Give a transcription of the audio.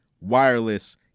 wireless